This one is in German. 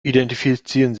identifizieren